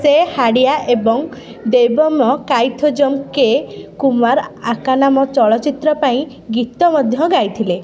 ସେ ହାଡ଼ିଆ ଏବଂ ଦେବମ କାଇଥୋଜମ୍ କେ କୁମାର ଆକାନାମ ଚଳଚ୍ଚିତ୍ର ପାଇଁ ଗୀତ ମଧ୍ୟ ଗାଇଥିଲେ